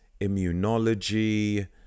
immunology